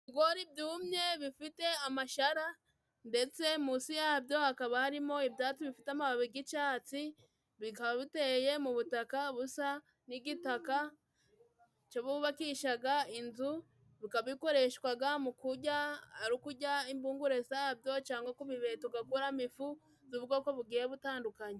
Ibigori byumye bifite amashara ndetse munsi yabyo hakaba harimo ibyatsi bifite amababi g'icatsi, bikaba biteye mu butaka busa n'igitaka cyo bubakishaga inzu, bikaba bikoreshwaga mu kurya ari ukurya imbungure zabyo cyangwa kubibeta ugakuramo ifu by'ubwoko bugiye butandukanye.